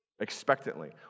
Expectantly